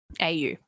au